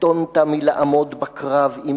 קטונת מלעמוד בקרב עם